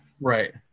right